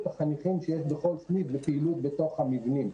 החניכים שיש בכל סניף לפעילות בתוך המבנים.